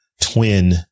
twin